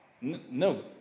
No